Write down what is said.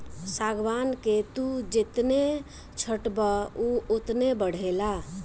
सागवान के तू जेतने छठबअ उ ओतने बढ़ेला